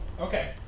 Okay